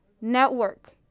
network